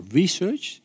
research